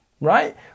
Right